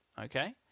Okay